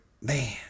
Man